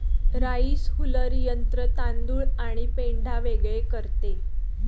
rice huller यंत्र तांदूळ आणि पेंढा वेगळे करते